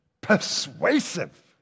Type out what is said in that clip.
persuasive